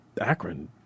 Akron